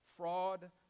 Fraud